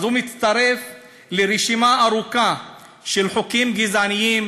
אז הוא מצטרף לרשימה ארוכה של חוקים גזעניים